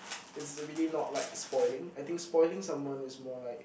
it's really not like spoiling I think spoiling someone is more like